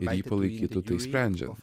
ir jį palaikytų tai sprendžiant